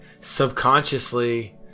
subconsciously